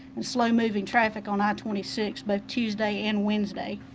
and slow-moving traffic on i twenty six but tuesday and wednesday.